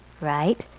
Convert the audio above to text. Right